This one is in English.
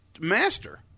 master